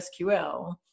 SQL